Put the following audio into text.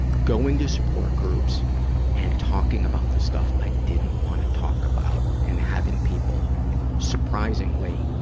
going to support groups and talking about the stuff i didn't wanna talk about and having people surprisingly,